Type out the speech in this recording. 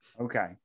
Okay